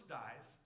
dies